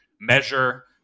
measure